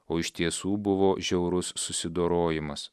o iš tiesų buvo žiaurus susidorojimas